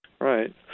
Right